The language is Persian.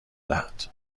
دهد